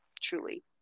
truly